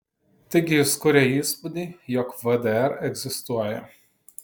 taigi jis kuria įspūdį jog vdr egzistuoja